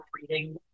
reading